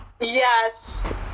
Yes